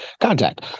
contact